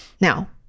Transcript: Now